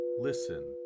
listen